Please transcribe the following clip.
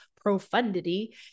profundity